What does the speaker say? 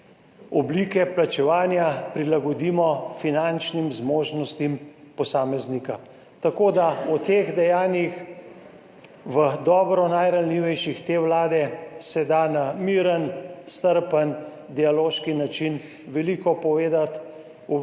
oblike plačevanja prilagodimo finančnim zmožnostim posameznika. O teh dejanjih v dobro najranljivejših te vlade se da na miren, strpen, dialoški način veliko povedati.